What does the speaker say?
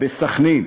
בסח'נין,